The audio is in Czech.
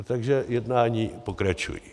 Takže jednání pokračují.